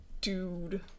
Dude